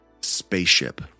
Spaceship